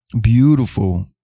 beautiful